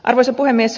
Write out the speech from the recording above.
arvoisa puhemies